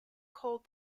called